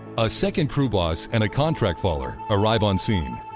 a second crew boss and a contract faller arrive on scene.